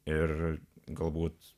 ir galbūt